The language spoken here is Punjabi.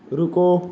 ਰੁਕੋ